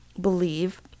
believe